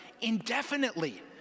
indefinitely